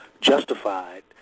Justified